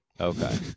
Okay